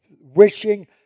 wishing